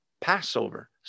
passover